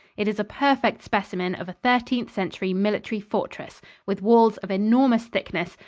it is a perfect specimen of a thirteenth century military fortress, with walls of enormous thickness,